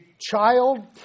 child